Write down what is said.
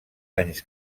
anys